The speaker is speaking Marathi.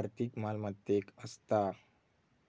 आर्थिक मालमत्तेक असता